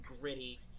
gritty